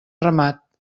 ramat